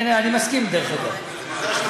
אני מסכים, דרך אגב.